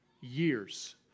years